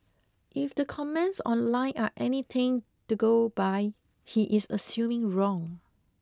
if the comments online are anything to go by he is assuming wrong